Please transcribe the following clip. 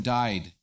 died